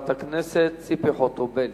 חברת הכנסת ציפי חוטובלי.